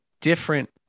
different